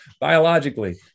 biologically